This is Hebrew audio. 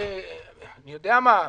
אני יודע מה,